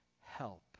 help